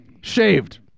Shaved